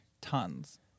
Tons